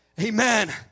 Amen